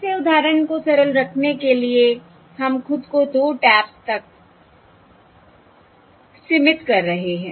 फिर से उदाहरण को सरल रखने के लिए हम खुद को 2 टैप्स तक सीमित कर रहे हैं